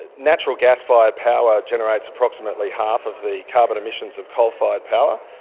and natural gas-fired power generates approximately half of the carbon emissions of coal-fired power.